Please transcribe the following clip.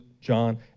John